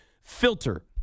filter